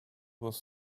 was